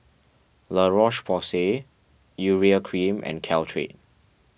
La Roche Porsay Urea Cream and Caltrate